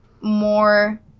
more –